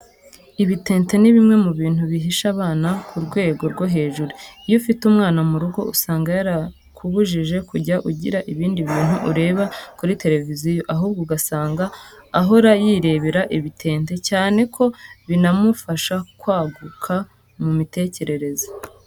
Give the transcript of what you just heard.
Ibitente ni bimwe mu bintu bishisha abana ku rwego rwo hejuru. Iyo ufite umwana mu rugo usanga yarakubujije kujya ugira ibindi bintu ureba kuri televiziyo, ahubwo ugasanga ahora yirebera ibitente cyane ko binamufasha kwaguka mu mitekerereze.